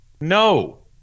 No